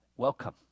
welcome